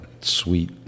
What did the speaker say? sweet